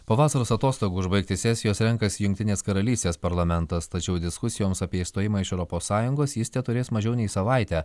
po vasaros atostogų užbaigti sesijos renkasi jungtinės karalystės parlamentas tačiau diskusijoms apie išstojimą iš europos sąjungos jis teturės mažiau nei savaitę